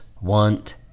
want